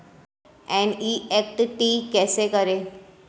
NEFT कैसे करें?